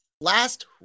last